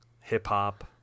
Hip-hop